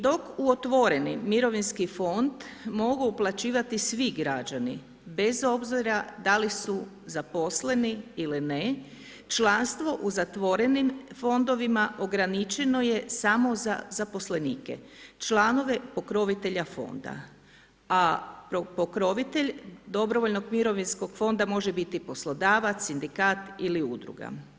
Dok u otvoreni mirovinski fond mogu uplaćivati svi građani bez obzira da li su zaposleni ili ne, članstvo u zatvorenim fondovima ograničeno je samo za zaposlenike članove pokrovitelja fonda, a pokrovitelj dobrovoljnog mirovinskog fonda može biti poslodavac, sindikat ili udruga.